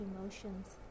emotions